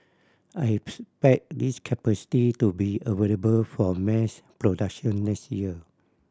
I expect this capacity to be available for mass production next year